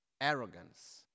arrogance